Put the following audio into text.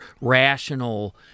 rational